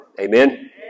Amen